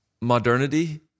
modernity